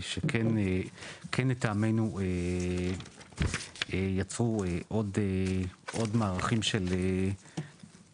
שכן לטעמנו יצרו עוד ועוד מערכים